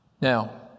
Now